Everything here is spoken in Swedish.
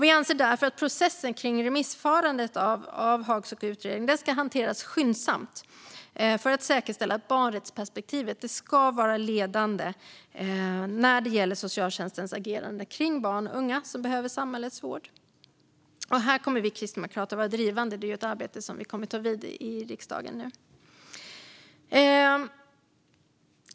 Vi anser därför att processen kring remissförfarandet av Hagsgårds utredning ska hanteras skyndsamt för att säkerställa att barnrättsperspektivet ska vara ledande när det gäller socialtjänstens agerande kring barn och unga som behöver samhällets vård. Här kommer vi kristdemokrater att vara drivande - det är ett arbete som kommer att ta vid nu i riksdagen.